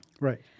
right